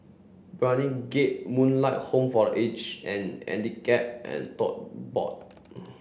Brani Gate Moonlight Home for Age and Handicap and Tote Board